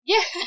Yes